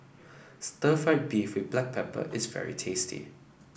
Stir Fried Beef with Black Pepper is very tasty